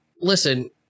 listen